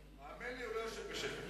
תאמין לי, הוא לא יושב בשקט.